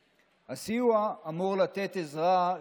וחושבים שאסור אפילו להגביל אותם בשבע שנים אם הם כבר מכהנים,